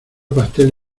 pastel